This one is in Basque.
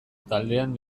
taldean